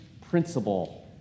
principle